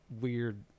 weird